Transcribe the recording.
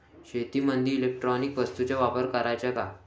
शेतीमंदी इलेक्ट्रॉनिक वस्तूचा वापर कराचा का?